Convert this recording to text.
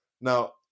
Now